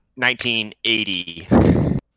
1980